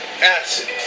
acid